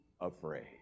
afraid